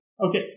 Okay